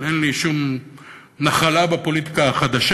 אין לי שום נחלה בפוליטיקה החדשה.